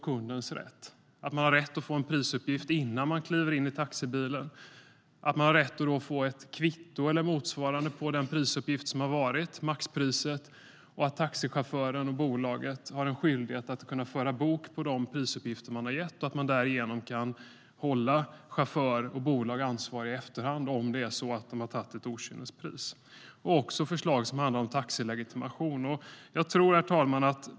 Kunden ska få rätt att få en prisuppgift innan denne kliver in i taxibilen, att få ett kvitto eller motsvarande på prisuppgiften, maxpriset, och taxichauffören och bolaget ska ha en skyldighet att föra bok på de prisuppgifter som har givits så att det därigenom är möjligt att hålla chaufför och bolag ansvariga i efterhand om de har tagit ut ett okynnespris. Det finns också förslag om taxilegitimation. Herr talman!